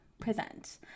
present